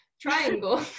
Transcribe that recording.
triangle